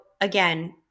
again